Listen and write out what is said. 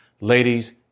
ladies